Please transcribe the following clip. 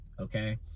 okay